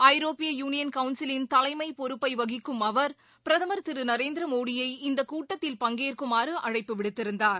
ஐரோப்பிய யூளியன் கவுன்சிலின் தலைமை பொறுப்பை வகிக்கும் அவர் பிரதமர் திரு நரேந்திரமோடியை இந்தக் கூட்டத்தில் பங்கேற்குமாறு அழைப்பு விடுத்திருந்தார்